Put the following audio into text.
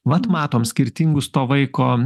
vat matom skirtingus to vaiko